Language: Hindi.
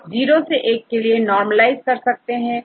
आप 0 से 1 के लिए नॉर्मल आईज कर सकते हैं